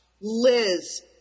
Liz